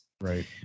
Right